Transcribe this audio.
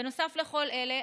בנוסף לכל אלה,